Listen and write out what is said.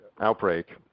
outbreak